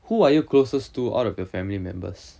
who are you closest to out of your family members